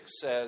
says